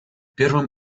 первым